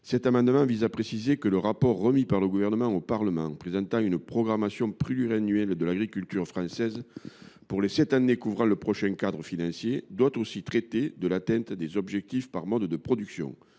cet amendement vise à préciser que le rapport remis par le Gouvernement au Parlement, présentant une programmation pluriannuelle de l’agriculture française pour les sept années couvrant le prochain cadre financier, doit aussi traiter de l’atteinte des objectifs par mode de production,